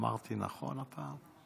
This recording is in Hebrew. אמרתי נכון הפעם?